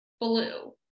blue